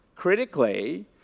critically